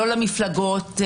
לא למפלגות,